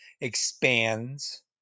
expands